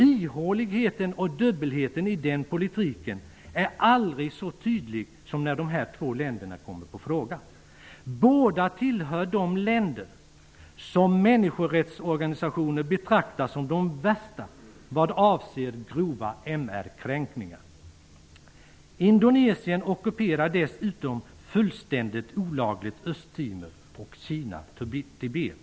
Ihåligheten och dubbelheten i den politiken är tydlig när de här två länderna kommer på tal. Båda tillhör de länder som människorättsorganisationer betraktar som de värsta vad avser grova MR kränkningar. Indonesien ockuperar dessutom fullständigt olagligt Östtimor och Kina Tibet.